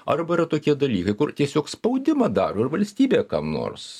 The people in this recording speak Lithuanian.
arba yra tokie dalykai kur tiesiog spaudimą daro ir valstybė kam nors